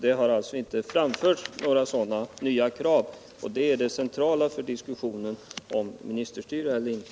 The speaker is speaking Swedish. Det har alltså inte framförts några sådana nya krav. Det är det centrala för diskussionen om ministerstyrelse eller inte.